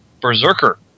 Berserker